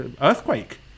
earthquake